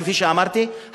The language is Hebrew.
כפי שאמרתי,